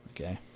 Okay